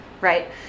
right